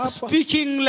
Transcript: speaking